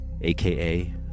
aka